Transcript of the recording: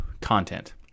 content